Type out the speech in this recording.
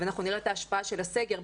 ואנחנו נראה את ההשפעה של הסגר,